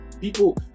people